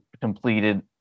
completed